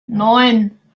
neun